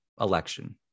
election